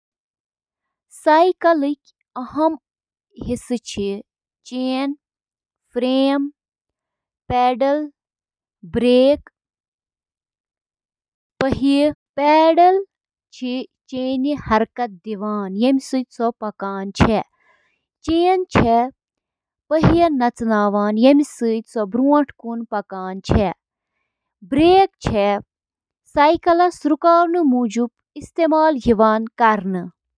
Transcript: سائیکلٕک اَہَم جُز تہٕ تِم کِتھ کٔنۍ چھِ اِکہٕ وٹہٕ کٲم کران تِمَن منٛز چھِ drivetrain, crankset, bottom bracket, brakes, wheel تہٕ ٹائر تہٕ باقی۔